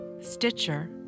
Stitcher